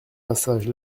passage